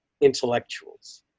intellectuals